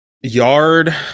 yard